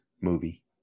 movie